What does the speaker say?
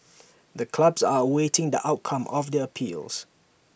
the clubs are awaiting the outcome of their appeals